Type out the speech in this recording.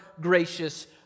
gracious